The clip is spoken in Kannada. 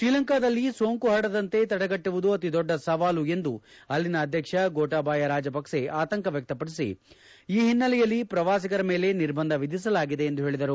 ಶ್ರೀಲಂಕಾದಲ್ಲಿ ಸೋಂಕು ಪರಡದಂತೆ ತಡೆಗಟ್ಟುವುದು ಅತಿದೊಡ್ಡ ಸವಾಲು ಎಂದು ಅಲ್ಲಿನ ಅಧ್ಯಕ್ಷ ಗೊಟಬಯಾ ರಾಜಪಕ್ಷೆ ಆತಂಕ ವ್ವಕ್ತಪಡಿಸಿ ಈ ಓನ್ನೆಲೆಯಲ್ಲಿ ಪ್ರವಾಸಿಗರ ಮೇಲೆ ನಿರ್ಬಂಧ ವಿಧಿಸಲಾಗಿದೆ ಎಂದು ಪೇಳಿದರು